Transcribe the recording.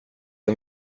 den